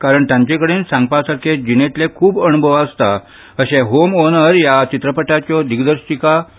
कारण तांचे कडेन सांगपा सारकें जिणेंतलें खूब अणभव आसा अशें होम ऑनर ह्या चित्रपटाचो दिग्दर्शकान सांगलें